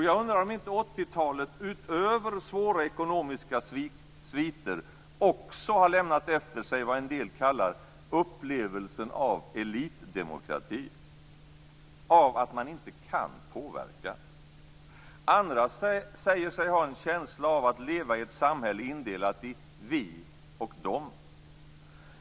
Jag undrar om inte 80-talet utöver svåra ekonomiska sviter också har lämnat efter sig vad en del kallar upplevelsen av "elitdemokrati", av att man inte kan påverka. Andra säger sig ha en känsla av att leva i ett samhälle indelat i "vi" och "de".